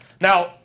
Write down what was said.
Now